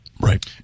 right